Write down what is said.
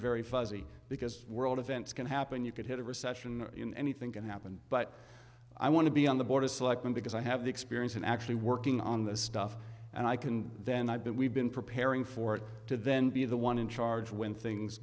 very fuzzy because world events can happen you could hit a recession anything can happen but i want to be on the board of selectmen because i have the experience in actually working on this stuff and i can then i've been we've been preparing for it to then be the one in charge when things